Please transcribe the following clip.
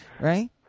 right